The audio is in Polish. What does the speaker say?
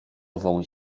ową